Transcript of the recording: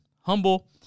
humble